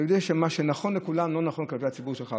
אתה יודע שמה שנכון לכולם לא נכון כלפי הציבור שלך,